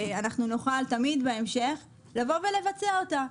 אנחנו נוכל תמיד בהמשך לבוא ולבצע אותה.